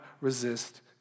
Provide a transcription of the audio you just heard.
resist